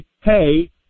hey